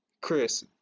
Chris